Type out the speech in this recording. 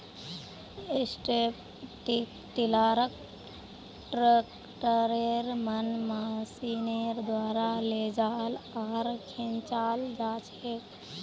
strip टीलारक ट्रैक्टरेर मन मशीनेर द्वारा लेजाल आर खींचाल जाछेक